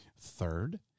Third